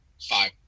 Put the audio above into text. five